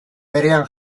berean